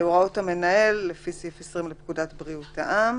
"הוראות המנהל" לפי סעיף 20 לפקודת בריאות העם,